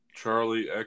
Charlie